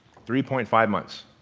three point five months.